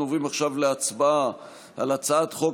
אנחנו עוברים עכשיו להצבעה על הצעת חוק